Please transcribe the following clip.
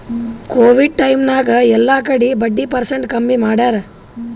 Covid time ನಾಗ್ ಎಲ್ಲಾ ಕಡಿ ಬಡ್ಡಿ ಪರ್ಸೆಂಟ್ ಕಮ್ಮಿ ಮಾಡ್ಯಾರ್